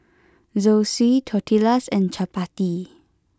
Zosui Tortillas and Chapati